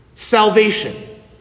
Salvation